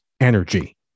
energy